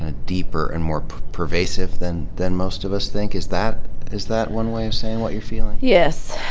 ah deeper and more pervasive than than most of us think. is that is that one way of saying what you're feeling? yes,